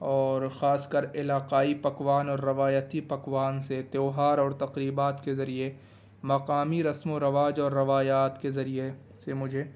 اور خاص کر علاقائی پکوان اور روایتی پکوان سے تیوہار اور تقریبات کے ذریعے مقامی رسم و رواج اور روایات کے ذریعے سے مجھے